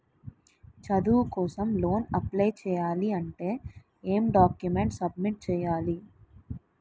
చదువు కోసం loan apply చేయాలి అంటే ఎం డాక్యుమెంట్స్ సబ్మిట్ చేయాలి?